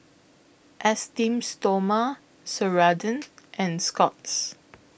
Esteem Stoma Ceradan and Scott's